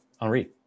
Henri